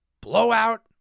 blowout